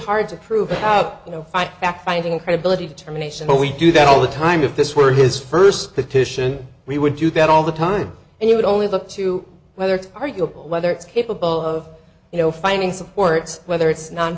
hard to prove to have you know five fact finding credibility determination but we do that all the time if this were his first petition we would do that all the time and you would only look to whether it's arguable whether it's capable of you know finding supports whether it's non